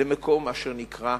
למקום אשר נקרא "בית-הכנסת".